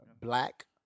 Black